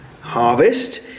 Harvest